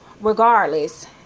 Regardless